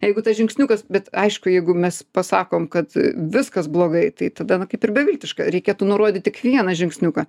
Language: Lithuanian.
jeigu tas žingsniukas bet aišku jeigu mes pasakom kad viskas blogai tai tada nu kaip ir beviltiška reikėtų nurodyt tik vieną žingsniuką